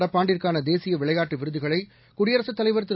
நடப்பாண்டுக்கான தேசிய விளையாட்டு விருதுகளை குடியரசுத் தலைவர் திரு